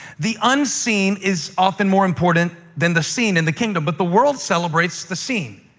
the unseen is often more important than the seen in the kingdom, but the world celebrates the seen.